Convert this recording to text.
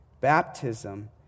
Baptism